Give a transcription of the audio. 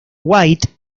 white